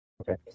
Okay